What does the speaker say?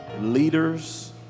leaders